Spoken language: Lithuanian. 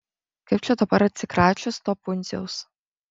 kaip čia dabar atsikračius to pundziaus